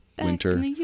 winter